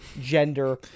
gender